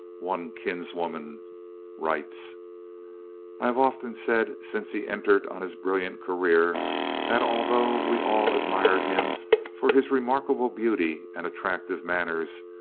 one kinswoman writes i have often said since he entered on his brilliant career that, although we all admired him for his remarkable beauty and attractive manners,